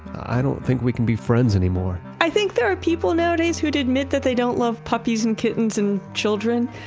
i don't think we can be friends anymore i think there are people nowadays who'd admit that they don't love puppies and kittens and children,